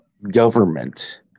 government